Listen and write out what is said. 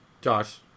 Josh